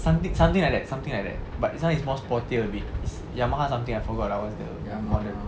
something something like that something like that but this [one] is more sportier a bit is Yamaha something I forgot what's the model